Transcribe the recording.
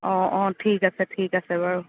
অ অ ঠিক আছে ঠিক আছে বাৰু